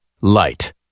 LIGHT